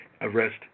arrest